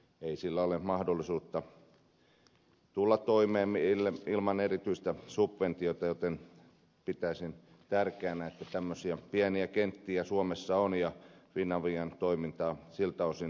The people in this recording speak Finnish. ei sillä kentällä ole mahdollisuutta tulla toimeen ilman erityistä subventiota joten pitäisin tärkeänä että tämmöisiä pieniä kenttiä suomessa on ja finavian toimintaa siltä osin tuetaan